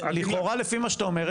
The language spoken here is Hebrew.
לכאורה לפי מה שאתה אומר,